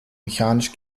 mechanisch